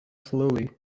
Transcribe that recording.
slowly